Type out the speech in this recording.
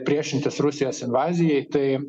priešintis rusijos invazijai tai